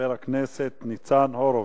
חבר הכנסת ניצן הורוביץ.